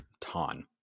Ton